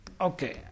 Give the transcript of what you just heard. Okay